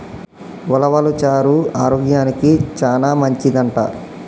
ఉలవలు చారు ఆరోగ్యానికి చానా మంచిదంట